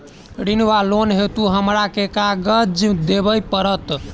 ऋण वा लोन हेतु हमरा केँ कागज देबै पड़त?